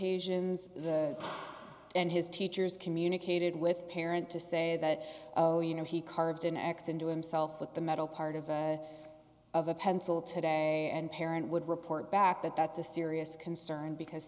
occasions and his teachers communicated with parent to say that you know he carved an x into himself with the metal part of of a pencil today and parent would report back that that's a serious concern because